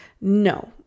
No